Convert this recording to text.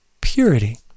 purity